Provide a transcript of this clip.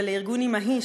ולארגון אמה"י,